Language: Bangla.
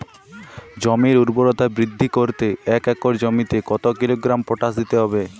জমির ঊর্বরতা বৃদ্ধি করতে এক একর জমিতে কত কিলোগ্রাম পটাশ দিতে হবে?